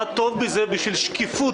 מה טוב בזה בשביל שקיפות,